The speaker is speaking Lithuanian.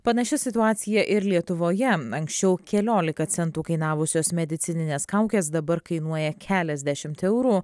panaši situacija ir lietuvoje anksčiau keliolika centų kainavusios medicininės kaukės dabar kainuoja keliasdešimt eurų